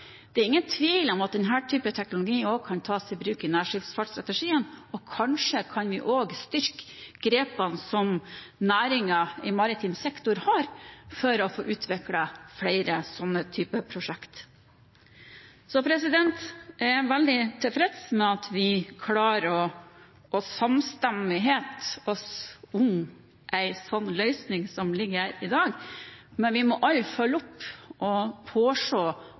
nærskipsfartsstrategien, og kanskje kan vi også styrke grepene som næringen i maritim sektor har for å få utviklet flere sånne typer prosjekt. Jeg er veldig tilfreds med at vi klarer å få samstemmighet om en sånn løsning som ligger her i dag, men vi må alle følge opp og